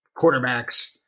quarterbacks